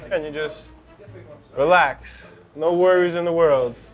and you just relax, no worries in the world.